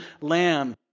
lamb